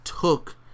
took